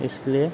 इसलिए